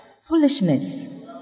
foolishness